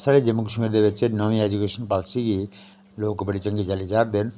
साढ़े जम्मू कश्मीर च दे बिच्च नमीं एजूकेशन पालिसी गी लोग बड़ी चंगी चल्ली जानदे न